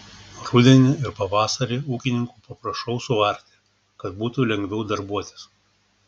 rudenį ir pavasarį ūkininkų paprašau suarti kad būtų lengviau darbuotis